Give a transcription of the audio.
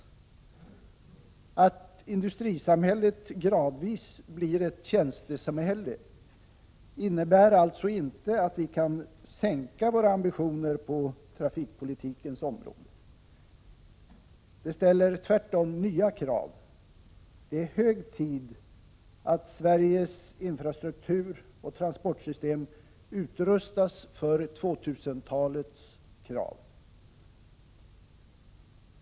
Att industrisamhället gradvis blir ett tjänstesamhälle innebär alltså inte att vi kan sänka våra ambitioner på trafikpolitikens område. Det ställer tvärtom nya krav. Det är hög tid att Sveriges infrastruktur och transportsystem utrustas för 2000-talets krav.